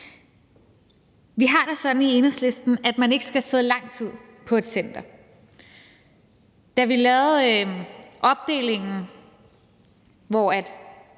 Vi har det sådan i Enhedslisten, at man ikke skal sidde lang tid på et center. Da vi lavede opdelingen, hvor